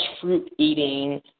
fruit-eating